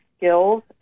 skills